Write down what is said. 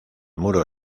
muro